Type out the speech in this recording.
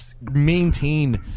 maintain